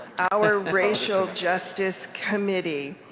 our racial justice committee,